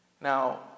Now